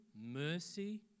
mercy